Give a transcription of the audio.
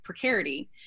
precarity